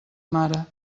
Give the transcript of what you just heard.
mare